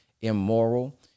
immoral